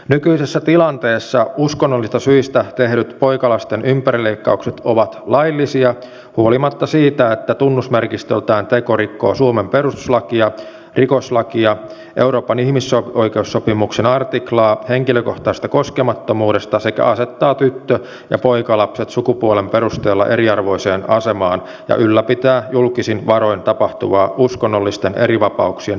nykyisessä tilanteessa uskonnollisista syistä tehdyt poikalasten ympärileikkaukset ovat laillisia huolimatta siitä että tunnusmerkistöltään teko rikkoo suomen perustuslakia rikoslakia euroopan ihmisoikeussopimuksen artiklaa henkilökohtaisesta koskemattomuudesta sekä asettaa tyttö ja poikalapset sukupuolen perusteella eriarvoiseen asemaan ja ylläpitää julkisin varoin tapahtuvaa uskonnollisten erivapauksien tukemista